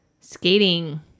Skating